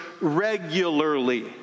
regularly